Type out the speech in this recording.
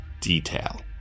detail